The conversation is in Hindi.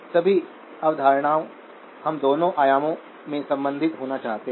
सभी अवधारणाओं हम दोनों आयामों में संबंधित होना चाहते हैं